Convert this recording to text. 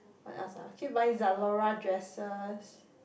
what else ah keep buying Zalora dresses